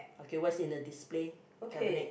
okay what's in the display cabinet